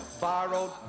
Borrowed